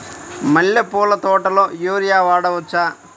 మల్లె పూల తోటలో యూరియా వాడవచ్చా?